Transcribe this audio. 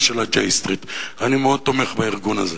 של ה- .J Streetאני מאוד תומך בארגון הזה.